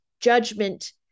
judgment